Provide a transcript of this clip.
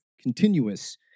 continuous